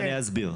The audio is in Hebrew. אני אסביר.